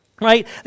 Right